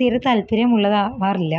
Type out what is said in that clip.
തീരെ താല്പര്യമുള്ളതാവാറില്ല